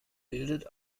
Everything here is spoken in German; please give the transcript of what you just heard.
bildet